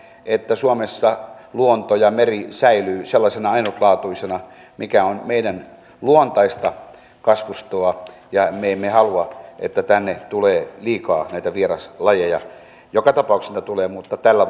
että suomessa luonto ja meri säilyy ainutlaatuisena siinä mikä on meidän luontaista kasvustoa me emme halua että tänne tulee liikaa vieraslajeja joka tapauksessa niitä tulee mutta tällä